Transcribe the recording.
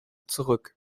zurück